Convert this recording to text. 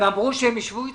הם אמרו שהם ישבו אתכם?